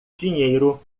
dinheiro